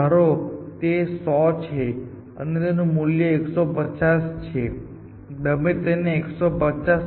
ફક્ત તે ચાઈલ્ડ કે જેમની કિંમત કાં તો 150 t max થી વધુ છે અથવા સમાન છે તે 180 હોઈ શકે અને કંઈક તેના પર આધાર રાખી ને નવું બીમ લેયર બનાવે છે છે